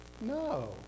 No